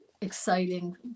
exciting